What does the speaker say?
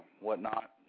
whatnot